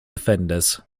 offenders